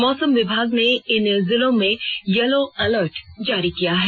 मौसम विभाग ने इन जिलों में येल्लो अलर्ट जारी किया है